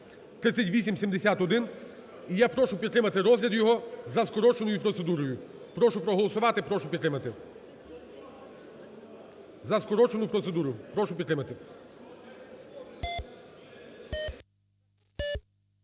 (3871). І я прошу підтримати розгляд його за скороченою процедурою. Прошу проголосувати, прошу підтримати. За скорочену процедуру. Прошу підтримати.